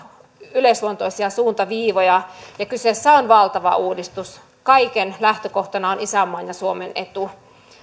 yleisluontoisia suuntaviivoja ja kyseessä on valtava uudistus kaiken lähtökohtana on isänmaan ja suomen etu